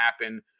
happen